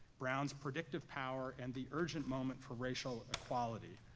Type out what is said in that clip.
brown's predictive power and the urgent moment for racial equality.